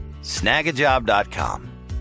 snagajob.com